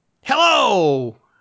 Hello